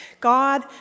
God